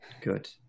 Good